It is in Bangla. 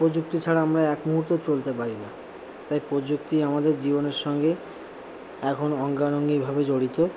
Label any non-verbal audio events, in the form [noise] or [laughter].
প্রযুক্তি ছাড়া আমরা এক মুহূর্তও চলতে পারি না তাই প্রযুক্তি আমাদের জীবনের সঙ্গে এখন অঙ্গানঙ্গিভাবে [unintelligible] জড়িত